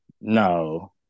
No